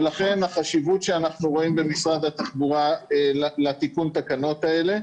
לכן החשיבות שאנחנו רואים במשרד התחבורה לתקנות האלה.